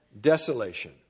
desolation